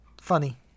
Funny